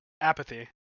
apathy